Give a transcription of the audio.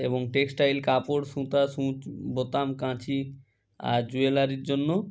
এবং টেক্সটাইল কাপড় সুতা সূচ বোতাম কাঁচি আর জুয়েলারির জন্য